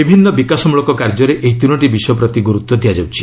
ବିଭିନ୍ନ ବିକାଶମୂଳକ କାର୍ଯ୍ୟରେ ଏହି ତିନୋଟି ବିଷୟ ପ୍ରତି ଗୁରୁତ୍ୱ ଦିଆଯାଉଛି